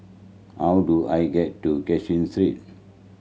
how do I get to Cashin Street